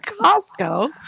Costco